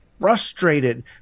frustrated